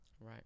Right